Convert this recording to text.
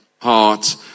heart